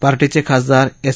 पार्टीचे खासदार एस